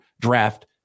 draft